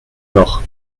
noch